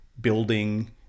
building